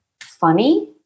funny